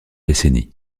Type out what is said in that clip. décennies